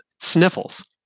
sniffles